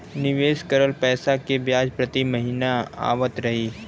निवेश करल पैसा के ब्याज प्रति महीना आवत रही?